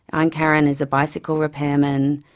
um aingkaran is a bicycle repairman,